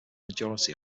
majority